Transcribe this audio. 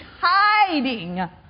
hiding